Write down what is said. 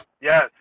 yes